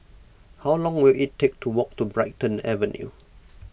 how long will it take to walk to Brighton Avenue